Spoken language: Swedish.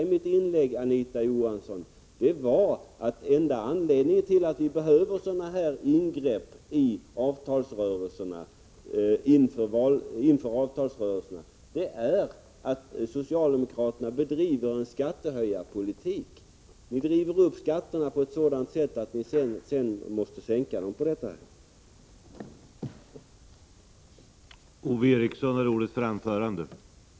Med mitt anförande vill jag bara, Anita Johansson, visa att den enda anledningen till att det behövs sådana här ingrepp inför avtalsrörelserna är den att socialdemokraterna driver en skattehöjarpolitik. Ni driver upp skatterna på ett sådant sätt att det sedan måste bli reduktioner av det här slaget.